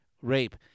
Rape